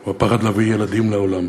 הוא הפחד להביא ילדים לעולם,